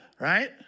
right